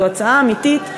זו הצעה אמיתית,